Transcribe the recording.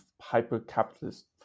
hyper-capitalist